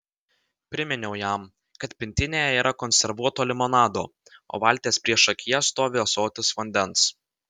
priminiau jam kad pintinėje yra konservuoto limonado o valties priešakyje stovi ąsotis vandens